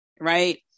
Right